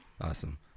Awesome